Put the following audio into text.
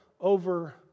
over